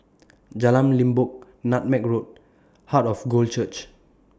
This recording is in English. Jalan Limbok Nutmeg Road Heart of God Church